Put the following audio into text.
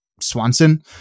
Swanson